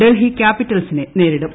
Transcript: ഡൽഹി ക്യാപിറ്റൽസിനെ നേരിടും